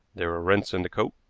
there were rents in the coat,